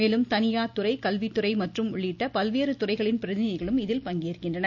மேலும் தனியார் துறை கல்வித்துறை மற்றும் உள்ளிட்ட பல்வேறு துறைகளின் பிரதிநிதிகளும் இதில் பங்கேற்கின்றனர்